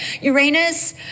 Uranus